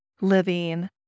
living